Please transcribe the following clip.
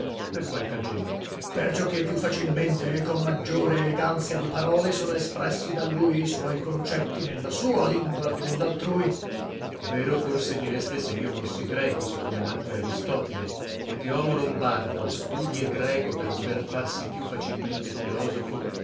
cagione lasc percioché più facilmente e con maggiore eleganzia di parole sono espressi da lui i suoi concetti nella sua lingua che nellaltrui per vero forse direste se io fossi greco sì come nacque aristotile ma che omo lombardo studie greco per dover farsi più facilmente filosofo